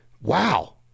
wow